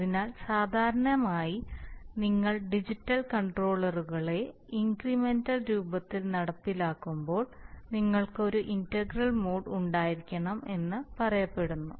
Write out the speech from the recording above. അതിനാൽ സാധാരണയായി നിങ്ങൾ ഡിജിറ്റൽ കൺട്രോളറുകളെ ഇൻക്രിമെന്റൽ രൂപത്തിൽ നടപ്പിലാക്കുമ്പോൾ നിങ്ങൾക്ക് ഒരു ഇന്റഗ്രൽ മോഡ് ഉണ്ടായിരിക്കണം എന്ന് പറയപ്പെടുന്നു